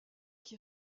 qui